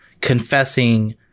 confessing